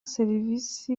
serivisi